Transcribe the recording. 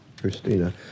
Christina